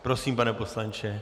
Prosím, pane poslanče.